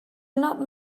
not